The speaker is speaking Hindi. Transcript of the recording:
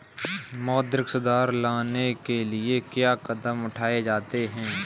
मौद्रिक सुधार लाने के लिए क्या कदम उठाए जाते हैं